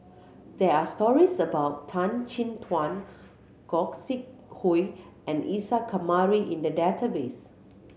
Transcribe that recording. there are stories about Tan Chin Tuan Gog Sing Hooi and Isa Kamari in the database